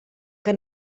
que